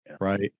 Right